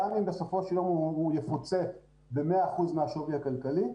גם אם בסופו של יום הוא יפוצה ב-100 אחוזים מהשווי הכלכלי,